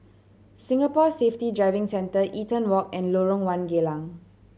Singapore Safety Driving Centre Eaton Walk and Lorong One Geylang